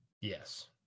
Yes